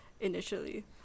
initially